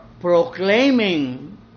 proclaiming